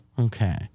Okay